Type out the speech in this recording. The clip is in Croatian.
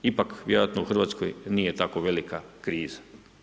Ipak vjerojatno u Hrvatskoj nije tako velika kriza.